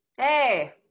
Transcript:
Hey